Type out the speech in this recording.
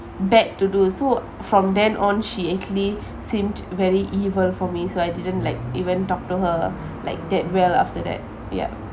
bad to do so from then on she actually seemed very evil for me so I didn't like even talk to her like that well after that ya